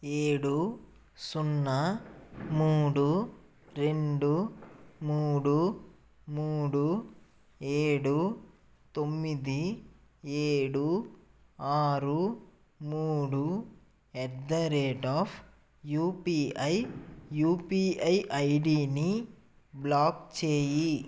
ఏడు సున్నా మూడు రెండు మూడు మూడు ఏడు తొమ్మిది ఏడు ఆరు మూడు at the rate of UPI UPI ఐడిని బ్లాక్ చేయి